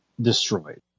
destroyed